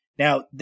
Now